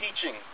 teaching